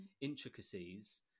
intricacies